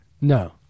No